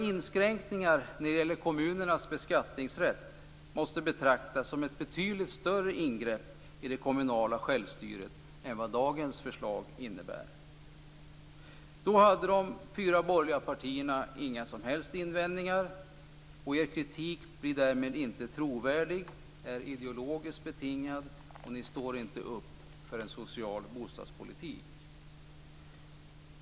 Inskränkningar i kommunernas beskattningsrätt måste betraktas som ett betydligt större ingrepp i det kommunala självstyret än vad dagens förslag innebär. Då hade de fyra borgerliga partierna inga som helst invändningar. Er kritik blir därmed inte trovärdig, är ideologiskt betingad, och ni står inte upp för en social bostadspolitik.